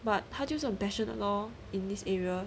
but 他就是很 passionionate loh in this area